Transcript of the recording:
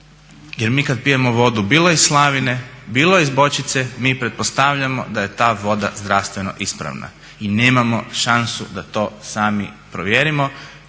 Jer mi kad pijemo vodu bilo iz slavine, bilo iz bočice mi pretpostavljamo da je ta voda zdravstveno ispravna. I nemamo šansu da to sami provjerimo.